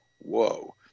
whoa